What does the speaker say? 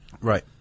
Right